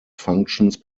functions